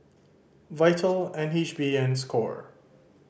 Vital N H B and score